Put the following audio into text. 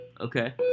okay